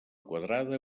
quadrada